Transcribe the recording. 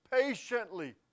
patiently